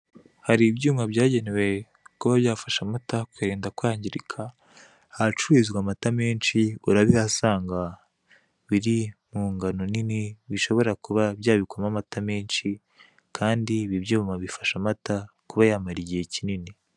Hari ibyuma byagenewe kuba byafasha amata kuyarinda kwangirika ahacururizwa amata menshi urabihasanga, biri mu ngano nini bishobora kuba byabikwamo amata menshi kandi ibi byuma bifasha amata kuba yamara igihe kinini.